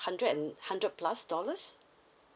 hundred and hundred plus dollars